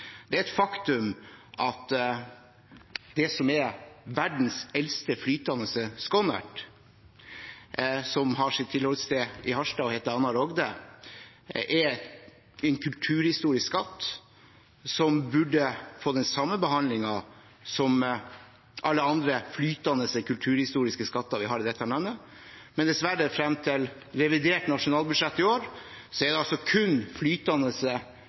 Det er et faktum at det som er verdens eldste flytende skonnert, som har sitt tilholdssted i Harstad, og heter «Anna Rogde», er en kulturhistorisk skatt, som burde få den samme behandlingen som alle andre flytende kulturhistoriske skatter vi har i dette landet. Men dessverre, frem til revidert nasjonalbudsjett i år er det kun flytende